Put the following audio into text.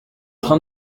train